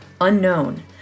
unknown